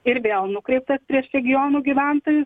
ir vėl nukreiptas prieš regionų gyventojus